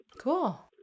Cool